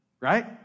right